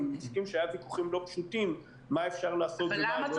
אני מסכים שהיו ויכוחים לא פשוטים מה אפשר לעשות ומה אפשר לא לעשות.